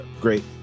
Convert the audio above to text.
great